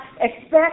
expect